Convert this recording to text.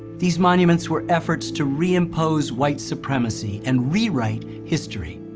these monuments were efforts to reimpose white supremacy and rewrite history.